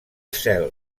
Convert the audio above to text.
zel